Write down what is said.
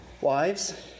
Wives